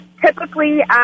typically